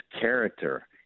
character